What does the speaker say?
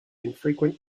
infrequent